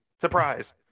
Surprise